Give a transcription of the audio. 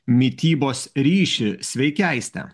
mitybos ryšį sveiki aiste